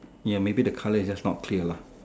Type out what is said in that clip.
ya maybe the colour is just not clear lah